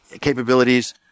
capabilities